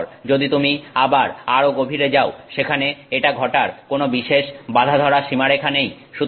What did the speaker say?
তারপর যদি তুমি আবার আরো গভীরে যাও সেখানে এটা ঘটার কোন বিশেষ বাঁধাধরা সীমারেখা নেই